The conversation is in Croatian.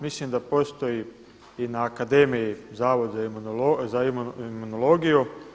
Mislim da postoji i na akademiji Zavod za imunologiju.